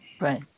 Right